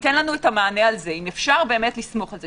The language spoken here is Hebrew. ייתן לנו את המענה על זה, אם אפשר לסמוך על זה.